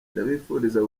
ndabifuriza